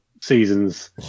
seasons